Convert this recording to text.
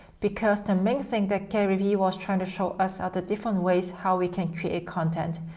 because the main thing that gary vee was trying to show us are the different ways how we can create content.